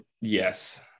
yes